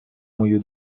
мою